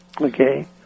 Okay